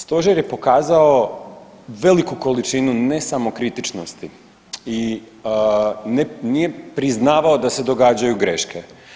Stožer je pokazao veliku količinu ne samokritičnosti i nije priznavao da se događaju greške.